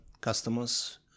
customers